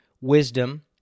wisdom